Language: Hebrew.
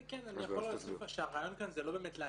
אני יכול להוסיף שהרעיון כאן זה לא להקל,